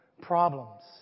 problems